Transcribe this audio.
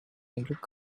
look